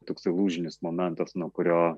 toksai lūžinis momentas nuo kurio